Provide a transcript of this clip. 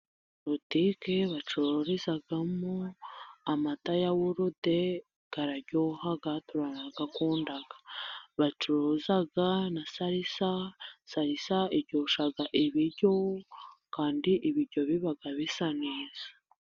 Butike bacururizamo amata yawurute araryoha turayakunda, bacuruzaga na salisa, salisa ziryoshya ibiryo kandi ibiryo biba bisa neza.